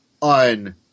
on